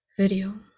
video